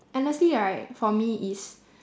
honestly right for me is